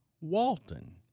Walton